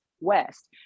west